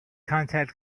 contact